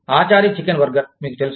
Achari chicken burger మీకు తెలుసు